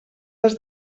has